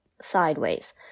sideways